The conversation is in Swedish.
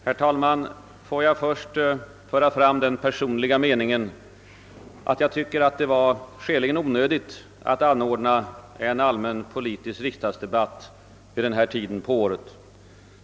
Herr talman! Får jag först föra fram min personliga mening att det var skäligen onödigt att anordna en allmän politisk riksdagsdebatt vid denna tid på året.